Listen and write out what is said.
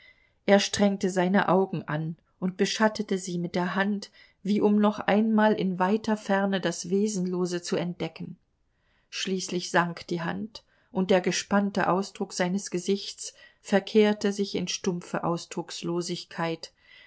er strengte seine augen an und beschattete sie mit der hand wie um noch einmal in weiter ferne das wesenlose zu entdecken schließlich sank die hand und der gespannte ausdruck seines gesichts verkehrte sich in stumpfe ausdruckslosigkeit